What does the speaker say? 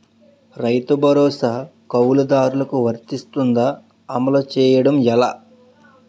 రైతు భరోసా కవులుదారులకు వర్తిస్తుందా? అమలు చేయడం ఎలా